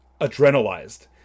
adrenalized